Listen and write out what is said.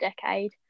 Decade